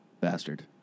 Bastard